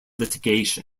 litigation